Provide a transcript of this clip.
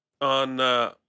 on